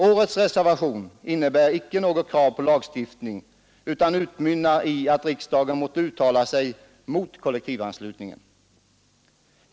Årets reservation innebär icke något krav på lagstiftning utan utmynnar i att riksdagen måtte uttala sig mot kollektivanslutningen.